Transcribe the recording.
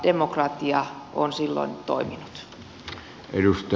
demokratia on silloin toiminut